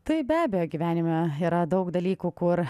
tai be abejo gyvenime yra daug dalykų kur